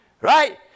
Right